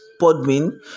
podmin